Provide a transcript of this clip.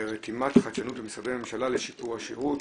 רתימת חדשנות במשרדי ממשלה לשיפור השירות